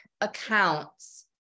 accounts